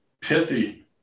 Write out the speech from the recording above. pithy